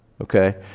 Okay